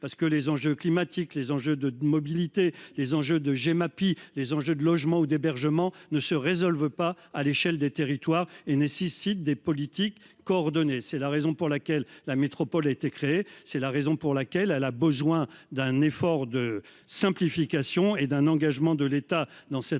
parce que les enjeux climatiques, les enjeux de mobilité. Des enjeux de Gemapi les enjeux de logement ou d'hébergement ne se résolvent pas à l'échelle des territoires et nécessitent des politiques coordonnées. C'est la raison pour laquelle la métropole a été créé. C'est la raison pour laquelle à la Beaujoin d'un effort de simplification et d'un engagement de l'État dans cette réforme.